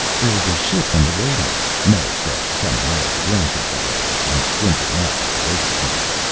there is a ship on the radar, meta said, coming out of the ground-control office and squinting up at the overcast.